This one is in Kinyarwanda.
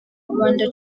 rwanda